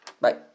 Bye